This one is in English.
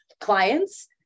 clients